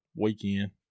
weekend